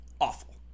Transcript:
awful